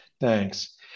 Thanks